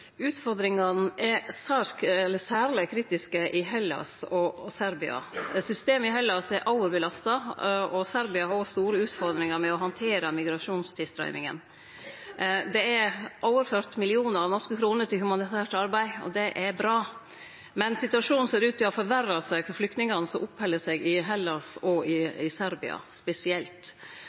Utfordringane er særleg kritiske i Hellas og i Serbia. Systemet i Hellas er overbelasta, og Serbia har òg store utfordringar med å handtere migrasjonstilstrøyminga. Det er overført millionar av norske kroner til humanitært arbeid, og det er bra. Men situasjonen ser ut til å ha forverra seg for flyktningane som oppheld seg i Hellas og i Serbia spesielt.